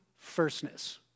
firstness